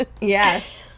Yes